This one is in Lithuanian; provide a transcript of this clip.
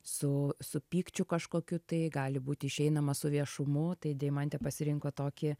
su su pykčiu kažkokiu tai gali būti išeinama su viešumu tai deimantė pasirinko tokį